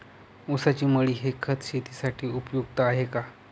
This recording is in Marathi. ऊसाची मळी हे खत शेतीसाठी उपयुक्त आहे का?